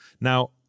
now